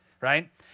right